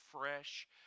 fresh